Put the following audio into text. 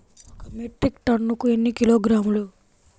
ఒక మెట్రిక్ టన్నుకు ఎన్ని కిలోగ్రాములు?